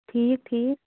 ٹھیٖک ٹھیٖک